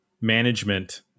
management